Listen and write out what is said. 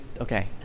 okay